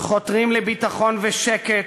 חותרים לביטחון ושקט,